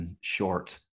Short